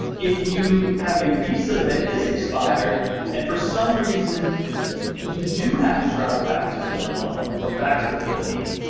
if you have a visa that is expired and for some reason you do have to travel back to manila or back to the philippines,